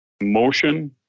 motion